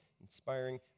inspiring